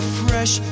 fresh